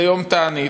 וזה יום תענית.